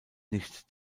nicht